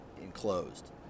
enclosed